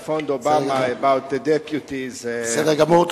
I phoned Obama about the deputies בסדר גמור,